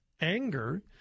anger